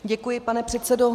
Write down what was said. Děkuji, pane předsedo.